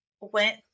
went